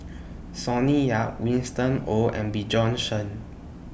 Sonny Yap Winston Oh and Bjorn Shen